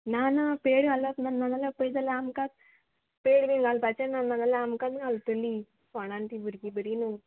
ना ना पेड घालप ना ना जाल्यार पळय जाल्यार आमकां पेड बीन घालपाचें ना ना जाल्यार आमकां घालतलीं फोंडान तीं भुरगीं बरीं न्हू